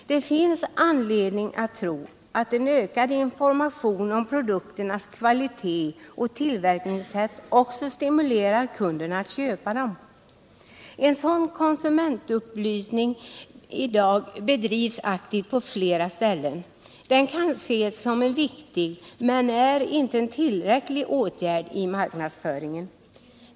Det finns anledning att tro att ökad information om produkternas kvalitet och tillverkningssätt också stimulerar kunderna att köpa dem. En sådan konsumentupplysning som i dag bedrivs aktivt på flera ställen kan ses som en riktig men inte tillräcklig åtgärd i marknadsföringen.